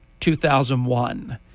2001